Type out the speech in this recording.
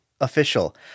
official